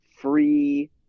free